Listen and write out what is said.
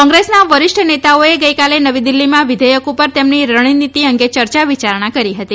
કોંગ્રેસના વરિષ્ઠ નેતાઓએ ગઈકાલે નવી દિલ્હીમાં વિઘેયક પર તેમની રણનીતિ અંગે ચર્ચા વિચારણા કરી હતી